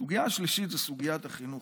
הסוגיה השלישית היא סוגיית החינוך.